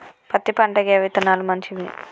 పత్తి పంటకి ఏ విత్తనాలు మంచివి?